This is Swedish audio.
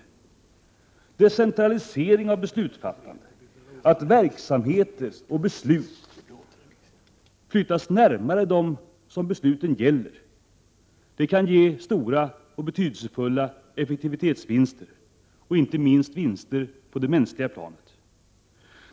Att decentralisera beslutfattande, att flytta verksamheter och beslut närmare dem som berörs, kan ge stora och betydelsefulla effektivitetsvinster och inte minst vinster på det mänskliga planet.